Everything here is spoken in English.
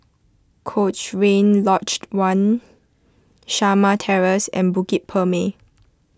Cochrane Lodge one Shamah Terrace and Bukit Purmei